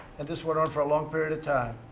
and this went on for a long period of time.